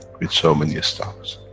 with so many stars.